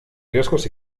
riesgos